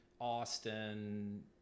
austin